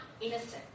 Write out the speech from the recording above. innocent